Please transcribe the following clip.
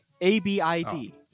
A-B-I-D